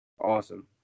Awesome